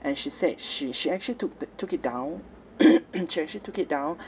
and she said she she actually took the took it down she actually took it down